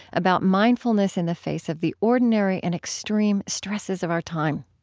about mindfulness in the face of the ordinary and extreme stresses of our time